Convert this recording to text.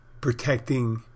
protecting